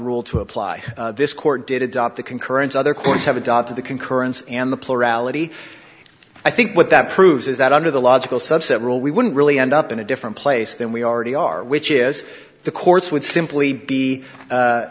rule to apply this court did adopt the concurrence other courts have adopted the concurrence and the plurality i think what that proves is that under the logical subset rule we wouldn't really end up in a different place than we already are which is the courts would simply be